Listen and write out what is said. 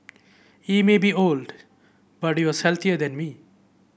he may be old but he was healthier than me